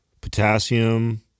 potassium